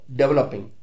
developing